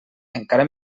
encara